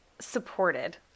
supported